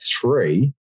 three